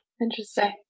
Interesting